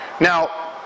Now